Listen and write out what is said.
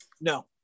no